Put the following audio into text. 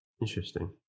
Interesting